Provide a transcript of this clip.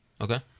Okay